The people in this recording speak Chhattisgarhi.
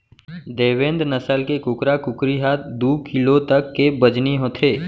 देवेन्द नसल के कुकरा कुकरी ह दू किलो तक के बजनी होथे